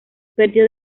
perdió